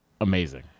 amazing